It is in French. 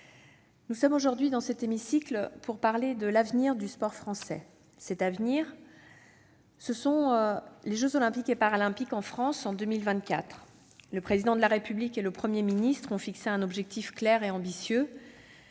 nous sommes réunis aujourd'hui, dans cet hémicycle, pour parler de l'avenir du sport français. Cet avenir, ce sont les jeux Olympiques et Paralympiques en France en 2024. Le Président de la République et le Premier ministre ont fixé un objectif clair et ambitieux.